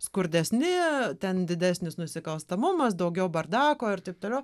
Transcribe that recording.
skurdesni ten didesnis nusikalstamumas daugiau bardako ir taip toliau